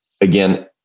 again